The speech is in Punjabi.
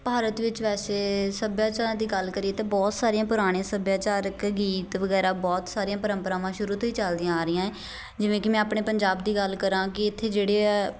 ਭਾਰਤ ਵਿੱਚ ਵੈਸੇ ਸੱਭਿਆਚਾਰਾਂ ਦੀ ਗੱਲ ਕਰੀਏ ਤਾਂ ਬਹੁਤ ਸਾਰੀਆਂ ਪੁਰਾਣੇ ਸੱਭਿਆਚਾਰਕ ਗੀਤ ਵਗੈਰਾ ਬਹੁਤ ਸਾਰੀਆਂ ਪਰੰਪਰਾਵਾਂ ਸ਼ੁਰੂ ਤੋਂ ਹੀ ਚੱਲਦੀਆਂ ਆ ਰਹੀਆਂ ਏ ਜਿਵੇਂ ਕਿ ਮੈਂ ਆਪਣੇ ਪੰਜਾਬ ਦੀ ਗੱਲ ਕਰਾਂ ਕਿ ਇੱਥੇ ਜਿਹੜੇ ਆ